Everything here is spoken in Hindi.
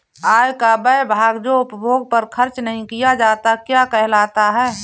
आय का वह भाग जो उपभोग पर खर्च नही किया जाता क्या कहलाता है?